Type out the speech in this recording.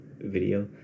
video